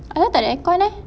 apa tak ada aircon eh